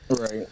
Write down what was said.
Right